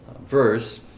verse